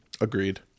Agreed